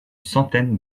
centaine